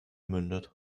mündet